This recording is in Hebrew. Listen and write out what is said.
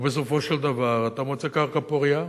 בסופו של דבר, אתה מוצא קרקע פורייה